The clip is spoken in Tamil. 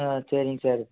ஆ சரிங் சார்